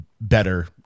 better